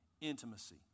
intimacy